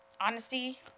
Honesty